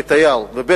כתייר, וב.